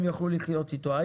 אם